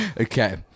Okay